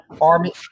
Army